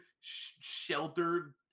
sheltered